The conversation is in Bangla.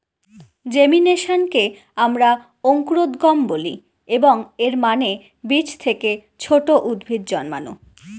জেমিনেশনকে আমরা অঙ্কুরোদ্গম বলি, এবং এর মানে বীজ থেকে ছোট উদ্ভিদ জন্মানো